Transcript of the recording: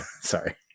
sorry